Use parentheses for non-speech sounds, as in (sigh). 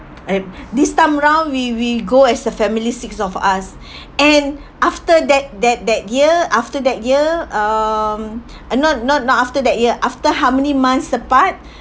and this time round we we go as a family six of us (breath) and after that that that year after that year um uh not not not after that year after how many months apart